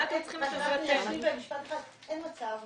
אין מצב,